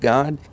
God